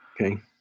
Okay